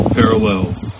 parallels